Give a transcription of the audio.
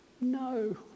No